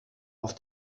auf